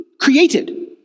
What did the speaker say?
created